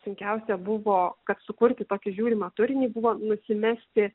sunkiausia buvo kad sukurti tokį žiūrimą turinį buvo nusimesti